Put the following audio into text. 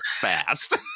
fast